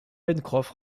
pencroff